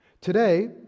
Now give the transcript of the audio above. Today